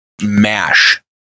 mash